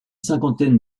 cinquantaine